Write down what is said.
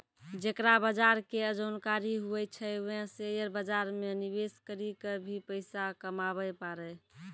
जेकरा बजार के जानकारी हुवै छै वें शेयर बाजार मे निवेश करी क भी पैसा कमाबै पारै